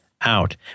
out